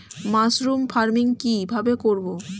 Mushroom farming কি ভাবে করব?